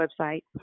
website